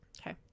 Okay